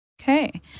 Okay